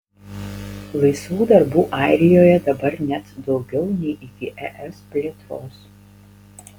laisvų darbų airijoje dabar net daugiau nei iki es plėtros